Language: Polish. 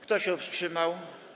Kto się wstrzymał?